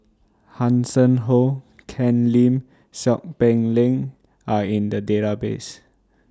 Hanson Ho Ken Lim Seow Peck Leng Are in The Database